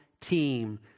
team